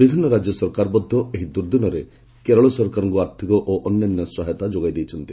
ବିଭିନ୍ନ ରାଜ୍ୟ ସରକାର ମଧ୍ୟ ଏହି ଦୁର୍ଦ୍ଦିନରେ କେରଳ ସରକାରଙ୍କୁ ଆର୍ଥିକ ଓ ଅନ୍ୟାନ୍ୟ ସହାୟତା ଯୋଗାଇ ଦେଇଛନ୍ତି